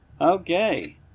okay